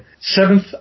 seventh